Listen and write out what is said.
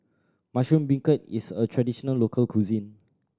mushroom beancurd is a traditional local cuisine